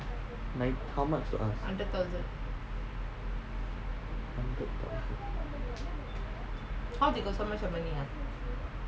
nine how much to ask hundred thousand